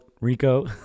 Rico